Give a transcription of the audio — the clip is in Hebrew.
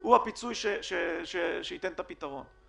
הוא הפיצוי שייתן פתרון.